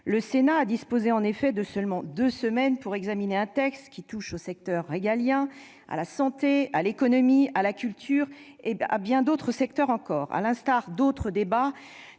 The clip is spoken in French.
le Sénat a disposé de seulement deux semaines pour examiner un texte qui touche aux secteurs régaliens, à la santé, à l'économie, à la culture et à bien d'autres domaines encore ... Comme pour d'autres débats,